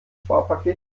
sparpaket